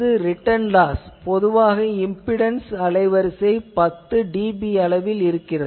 இது return loss பொதுவாக impedance அலைவரிசை 10 dB அளவில் இருக்கும்